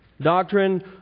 Doctrine